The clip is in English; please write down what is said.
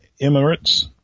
Emirates